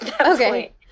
okay